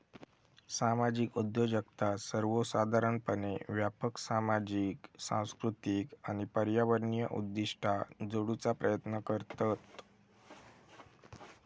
सामाजिक उद्योजकता सर्वोसाधारणपणे व्यापक सामाजिक, सांस्कृतिक आणि पर्यावरणीय उद्दिष्टा जोडूचा प्रयत्न करतत